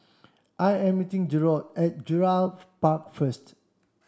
I am meeting Jerod at Gerald Park first